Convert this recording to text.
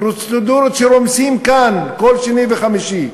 פרוצדורות שרומסים כאן כל שני וחמישי.